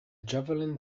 javelin